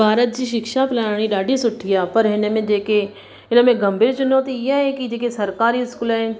भारत जी शिक्षा प्रणाली ॾाढी सुठी आहे पर हिन में जेके हिन में गंभीर चुनौती इहा आहे की जेके सरकारी स्कूल आहिनि